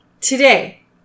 Today